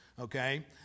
okay